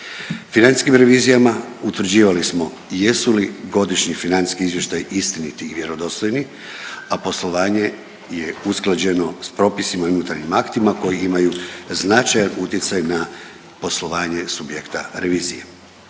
Financijskim revizijama utvrđivali smo jesu li godišnji financijski izvještaji istiniti i vjerodostojni, a poslovanje je usklađeno s propisima i unutarnjim aktima koji imaju značajan utjecaj na poslovanje subjekta revizije.